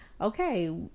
okay